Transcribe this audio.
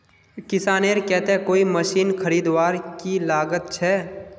किसानेर केते कोई मशीन खरीदवार की लागत छे?